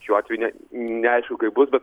šiuo atveju ne neaišku kaip bus bet